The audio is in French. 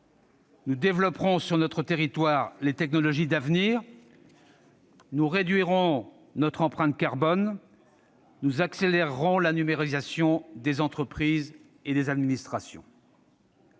Nous développerons sur notre territoire les technologies d'avenir. Nous réduirons notre empreinte carbone, nous accélérerons la numérisation des entreprises et des administrations.